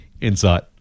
Insight